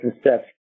steps